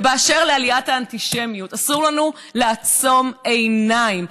ואשר לעליית האנטישמיות, אסור לנו לעצום עיניים.